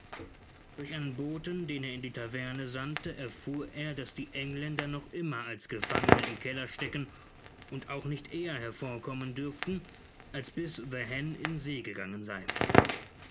durch einen boten den er in die taverne sandte erfuhr er daß die engländer noch immer als gefangene im keller stäcken und auch nicht eher hervorkommen dürften als bis the hen in see gegangen sei